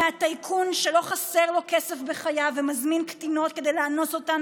מהטייקון שלא חסר לו כסף בחייו ומזמין קטינות כדי לאנוס אותן